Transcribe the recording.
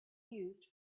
used